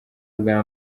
bwa